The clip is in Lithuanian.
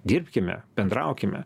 dirbkime bendraukime